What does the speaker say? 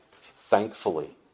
thankfully